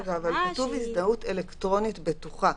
אבל כתוב "הזדהות אלקטרונית בטוחה",